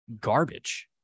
garbage